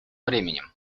временем